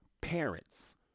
parents